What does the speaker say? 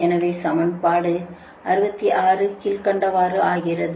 எனவே சமன்பாடு 66 கீழ்க்கண்டவாறு ஆகிறது